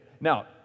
Now